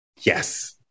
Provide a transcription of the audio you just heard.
Yes